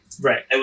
Right